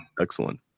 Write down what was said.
excellent